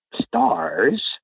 stars